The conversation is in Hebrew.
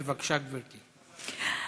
בבקשה, גברתי.